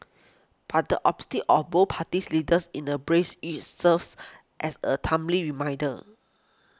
but the optics of both parties leaders in a brace each serves as a timely reminder